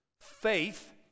Faith